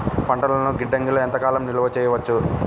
పంటలను గిడ్డంగిలలో ఎంత కాలం నిలవ చెయ్యవచ్చు?